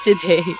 today